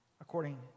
according